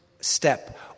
step